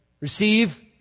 receive